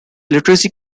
literary